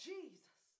Jesus